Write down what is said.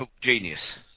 genius